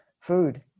food